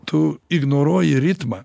tu ignoruoji ritmą